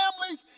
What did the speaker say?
families